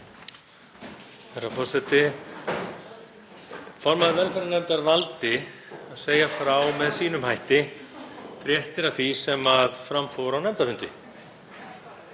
Herra forseti. Formaður velferðarnefndar valdi að segja frá með sínum hætti fréttum af því sem fram fór á nefndarfundi.